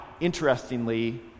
interestingly